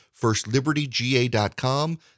FirstLibertyGA.com